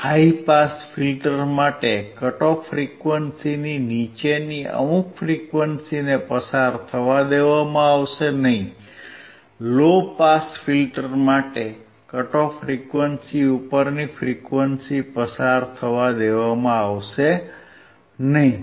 high pass filter માટે cut off ફ્રીક્વન્સીની નીચેની અમુક ઓછી ફ્રીક્વંસીને પસાર થવા દેવામાં આવશે નહીં લો પાસ ફિલ્ટર માટે કટ ઓફ ફ્રીક્વન્સી ઉપરની ફ્રીક્વન્સી પસાર થવા દેવામાં આવશે નહીં